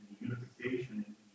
unification